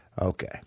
Okay